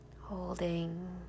Holding